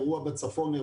אירוע בצפון,